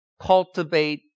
cultivate